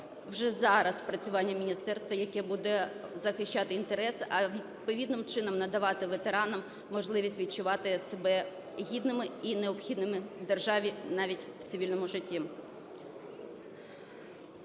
вже зараз працювання міністерства, яке буде захищати інтерес, а відповідним чином надавати ветеранам можливість відчувати себе гідними і необхідними державі навіть в цивільному житті.